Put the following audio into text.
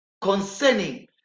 concerning